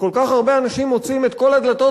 וכל כך הרבה אנשים מוצאים את כל הדלתות